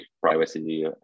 privacy